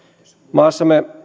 maassamme